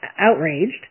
outraged